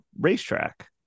racetrack